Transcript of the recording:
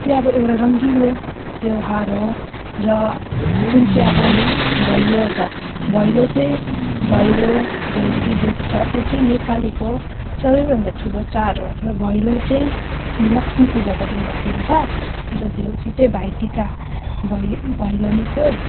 त्यो अब एउटा रङ्गिलो त्योहार हो र जुन चाहिँ अब भैलो छ भैलो चाहिँ भैलो देउसी जुन चाहिँ छ त्यो चाहिँ नेपालीको सबैभन्दा ठुलो चाड हो र भैलो चाहिँ लक्ष्मीपूजाको दिनमा खेल्छ र देउसी चाहिँ भाइटिका भैलेनीको